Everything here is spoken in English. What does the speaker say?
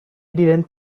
didn’t